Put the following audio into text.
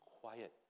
quiet